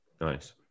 Nice